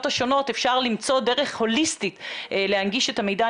השונות אפשר למצוא דרך הוליסטית להנגיש את המידע.